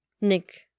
Nick